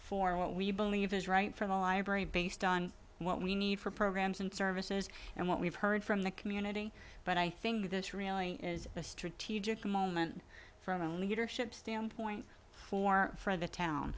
for what we believe is right for the library based on what we need for programs and services and what we've heard from the community but i think this really is a strategic moment from leadership standpoint for the town